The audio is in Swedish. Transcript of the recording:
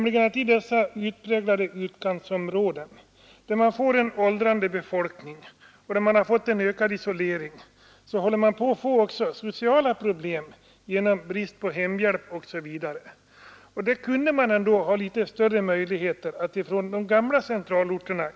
I dessa utpräglade utkantsområden, där man får en åldrande befolkning och en ökad isolering, får man också sociala problem genom brist på hemhjälp osv. I de gamla centralorterna fanns det större möjligheter att följa upp sådana frågor.